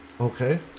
Okay